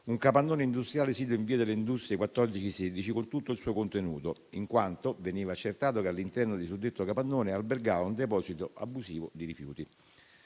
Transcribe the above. un capannone industriale sito in via delle Industrie, nn. 14-16, con tutto il suo contenuto, in quanto veniva accertato che all'interno di suddetto capannone albergava un deposito abusivo di rifiuti.